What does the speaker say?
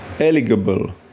eligible